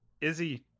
izzy